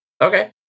Okay